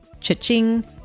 Cha-ching